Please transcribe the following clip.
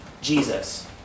Jesus